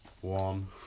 One